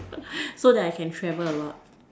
so that I can travel a lot